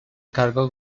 cargo